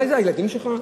אולי זה הילדים שלך?